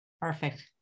Perfect